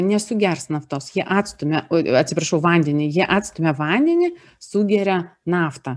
nesugers naftos jie atstumia o e atsiprašau vandenį jie atstumia vandenį sugeria naftą